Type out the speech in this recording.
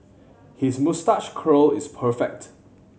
his moustache curl is perfect